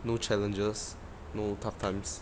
no challenges no tough times